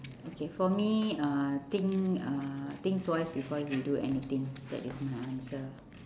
okay for me uh think uh think twice before you do anything that is my answer